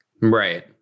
Right